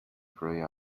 grey